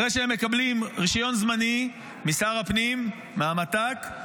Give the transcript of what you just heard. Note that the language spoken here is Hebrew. אחרי שהם מקבלים רישיון זמני משר הפנים, מהמת"ק,